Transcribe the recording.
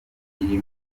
iri